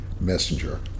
messenger